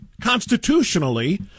constitutionally